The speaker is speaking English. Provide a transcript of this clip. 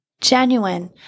genuine